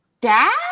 dad